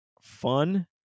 fun